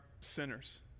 sinners